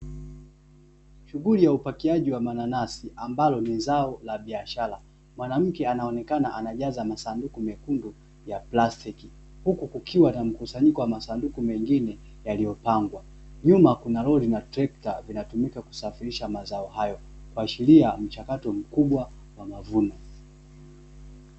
Shughuli ya upakiaji wa mananasi amabalo ni zao la biashara, mwanamke anaonekana anajaza masanduku mekundu ya plastiki, huku kukiwa na mkusanyiko wa masanduku mengine yaliyopangwa, nyuma kuna lori na tretka linatumika kusafirisha mazao hayo kuashiria mchakato mkubwa wa mavuno.